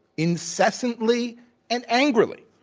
incessantly and angrily.